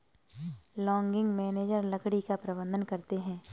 logging manager लकड़ी का प्रबंधन करते है